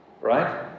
right